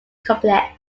complex